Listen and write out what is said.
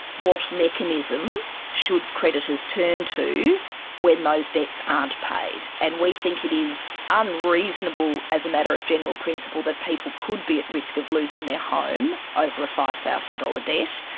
what mechanism should creditors turn to when those debts aren't paid. and we think it is unreasonable as a matter of general principle that people could be at risk of losing their home over a five thousand dollars debt,